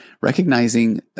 recognizing